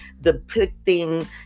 depicting